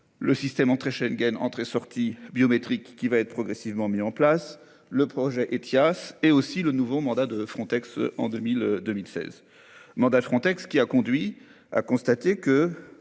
Le système entré Schengen entrée sortie biométrique qui va être progressivement mis en place le projet Ethias et aussi le nouveau mandat de Frontex en 2002 1016 mandat Frontex qui a conduit à constater que